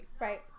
right